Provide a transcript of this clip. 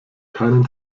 keinen